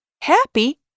happy